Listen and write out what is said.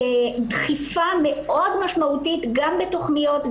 נתנה דחיפה מאוד משמעותית גם בתוכניות,